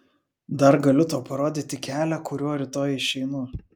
dar galiu tau parodyti kelią kuriuo rytoj išeinu